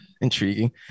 intriguing